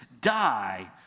die